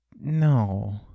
No